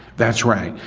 that's right.